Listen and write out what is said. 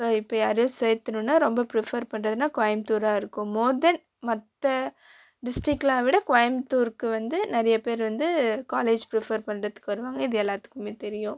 இப்போ யாரையாவது சேர்த்தணுன்னா ரொம்ப பிரிஃபெர் பண்றதுனால் கோயமுத்துராக இருக்கும் மோர் தன் மற்ற டிஸ்ட்ரிக்குலாம் விட கோயமுத்தூருக்கு வந்து நிறையா பேர் வந்து காலேஜ் பிரிஃபெர் பண்றதுக்கு வருவாங்க இது எல்லாத்துக்குமே தெரியும்